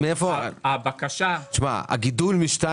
הגידול מ-2